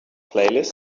playlist